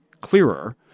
clearer